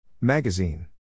Magazine